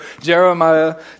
Jeremiah